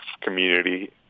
community